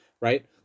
right